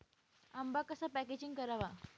आंबा कसा पॅकेजिंग करावा?